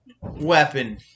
weapon